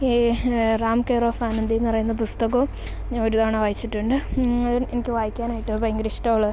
ഈ Ram care of ആനന്ദിയെന്നു പറയുന്ന പുസ്തകവും ഒരു തവണ വായിച്ചിട്ടുണ്ട് എനിക്ക് വായിക്കാനായിട്ട് ഭയങ്കരിഷ്ടമുള്ള